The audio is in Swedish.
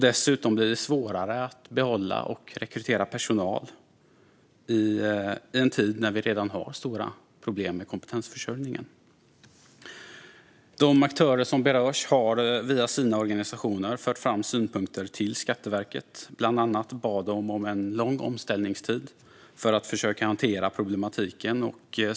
Dessutom blir det svårare att behålla och rekrytera personal i en tid när vi redan har stora problem med kompetensförsörjningen. De aktörer som berörs har via sina organisationer fört fram synpunkter till Skatteverket. Bland annat bad de om en lång omställningstid för att försöka hantera problematiken.